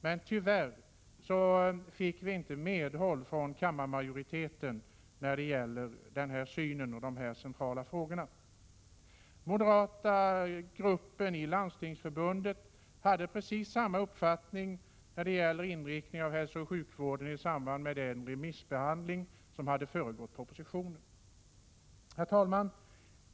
Men tyvärr fick vi inte medhåll från kammarmajoriteten. Den moderata gruppen i Landstingsförbundet hade precis samma uppfattning beträffande inriktningen av hälsooch sjukvårdspolitiken i samband med den remissbehandling som föregick propositionen. Herr talman!